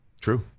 True